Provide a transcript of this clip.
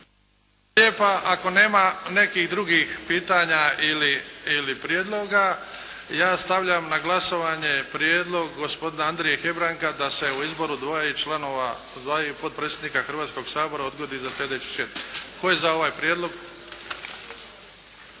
lijepa. Ako nema nekih drugih pitanja ili prijedloga, ja stavljam na glasovanje prijedlog gospodina Andrije Hebranga da se o izboru dvoje članova, dvaju potpredsjednika Hrvatskog sabora odgodi za slijedeću sjednicu. Tko je za ovaj prijedlog?